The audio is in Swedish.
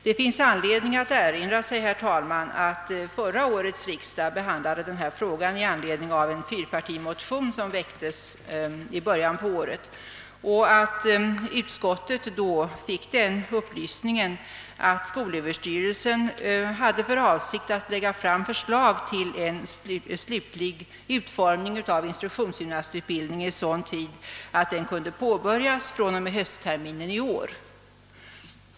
Vi bör lägga på minnet, herr talman, att förra årets riksdag behandlade denna fråga i anledning av en 4-partimotion, som väcktes i början av året, och att utskottet då fick den upplysningen att skolöverstyrelsen hade för avsikt att lägga fram förslag till en slutlig utformning av instruktionssjukgymnastutbildningen i så god tid att denna kunde påbörjas från och med höstterminen i år.